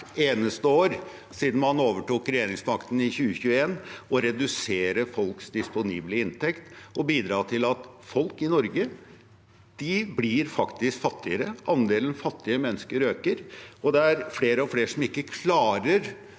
eneste år siden man overtok regjeringsmakten i 2021, konsekvent har bidratt til å redusere folks disponible inntekt og bidra til at folk i Norge faktisk blir fattigere. Andelen fattige mennesker øker, og det er flere og flere som ikke klarer